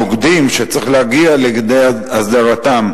נוגדים שצריך להגיע לכדי הסדרתם.